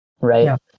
Right